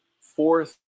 fourth